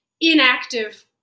inactive